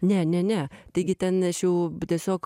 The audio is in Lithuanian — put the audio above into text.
ne ne ne taigi ten aš jau tiesiog